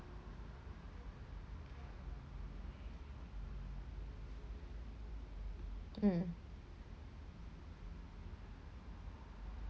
mm